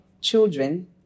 children